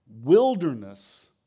wilderness